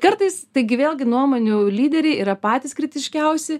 kartais taigi vėlgi nuomonių lyderiai yra patys kritiškiausi